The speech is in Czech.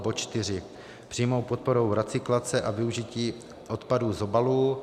4. přímou podporou recyklace a využití odpadů z obalů;